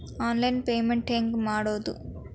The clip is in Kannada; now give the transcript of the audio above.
ಆನ್ಲೈನ್ ಪೇಮೆಂಟ್ ಹೆಂಗ್ ಮಾಡೋದು?